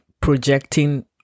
projecting